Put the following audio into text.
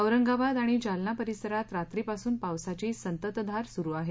औरंगाबाद आणि जालना परिसरात रात्रीपासून पावसाची संततधार सुरू आहे